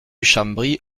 chambry